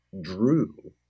drew